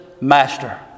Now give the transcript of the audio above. master